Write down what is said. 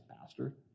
Pastor